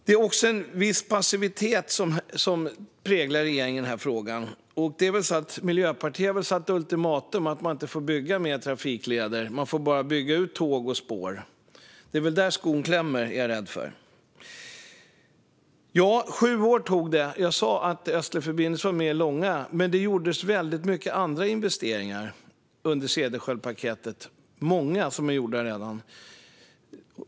En viss passivitet präglar regeringen i denna fråga. Miljöpartiet har väl ställt ultimatum och sagt att man inte får bygga fler trafikleder - man får bara bygga ut tåg och spår. Det är väl där skon klämmer, är jag rädd. Ja, sju år tog det. Jag sa att Östlig förbindelse var med, men det gjordes väldigt många andra investeringar inom Cederschiöldpaketet.